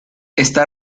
está